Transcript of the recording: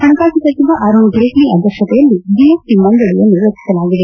ಪಣಕಾಸು ಸಚಿವ ಅರುಣ್ ಜೀಟ್ಲ ಅಧ್ಯಕ್ಷತೆಯಲ್ಲಿ ಜೆಎಸ್ಟಿ ಮಂಡಳಿಯನ್ನು ರಚಿಸಲಾಗಿದೆ